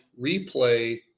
replay